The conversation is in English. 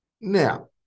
Now